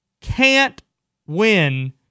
can't-win